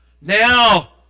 Now